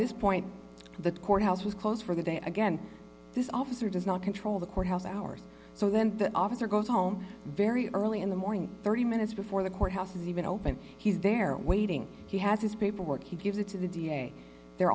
this point the courthouse was closed for the day again this officer does not control the courthouse hours so then the officer goes home very early in the morning thirty minutes before the courthouse is even open he's there waiting he has his paperwork he gives it to the d a they're